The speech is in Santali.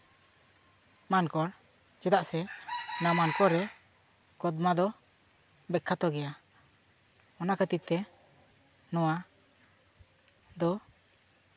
ᱢᱟᱱᱠᱚᱲ ᱪᱮᱫᱟᱜ ᱥᱮ ᱚᱱᱟ ᱢᱟᱱᱠᱚᱲ ᱨᱮ ᱠᱚᱫᱽᱢᱟ ᱫᱚ ᱵᱤᱠᱠᱷᱟᱛᱚ ᱜᱮᱭᱟ ᱚᱱᱟ ᱠᱷᱟᱹᱛᱤᱨ ᱛᱮ ᱱᱚᱣᱟ ᱫᱚ